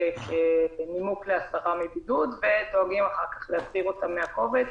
כנימוק להסרה מבידוד ודואגים אחר כך להסיר אותם מהקובץ.